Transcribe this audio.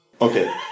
Okay